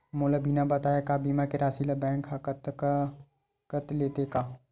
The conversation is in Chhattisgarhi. मोला बिना बताय का बीमा के राशि ला बैंक हा कत लेते का?